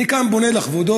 אני כאן פונה לכבודו,